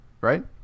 Right